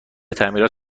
تعمیرات